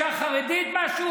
פנתה אליך אישה חרדית, משהו?